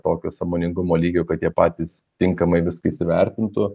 tokio sąmoningumo lygio kad jie patys tinkamai viską įsivertintų